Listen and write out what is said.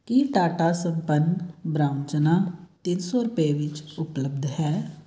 ਕੀ Tata Sampann brown ਚਨਾ ਤਿੰਨ ਸੌ ਰੁਪਏ ਵਿੱਚ ਉਪਲੱਬਧ ਹੈ